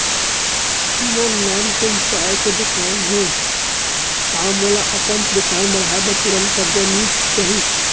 मोर नानकुन चाय के दुकान हे का मोला अपन दुकान बढ़ाये बर तुरंत करजा मिलिस जाही?